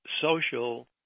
social